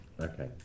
Okay